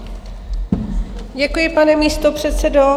Děkuji, pane místopředsedo.